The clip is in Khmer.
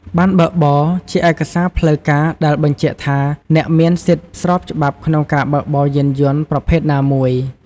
ប័ណ្ណបើកបរ ជាឯកសារផ្លូវការដែលបញ្ជាក់ថាអ្នកមានសិទ្ធិស្របច្បាប់ក្នុងការបើកបរយានយន្តប្រភេទណាមួយ។